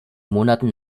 monaten